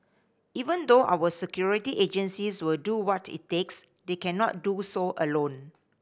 even though our security agencies will do what it takes they cannot do so alone